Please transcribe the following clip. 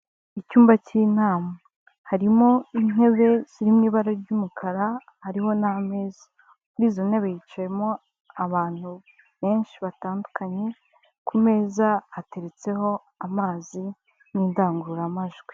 Icyumba cy'inama. Harimo intebe ziri mu ibara ry'umukara, hariho n'ameza. Muri izo ntebe hiciyemo abantu benshi batandukanye, ku meza hateretseho amazi n'indangururamajwi.